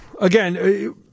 Again